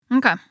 Okay